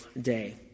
day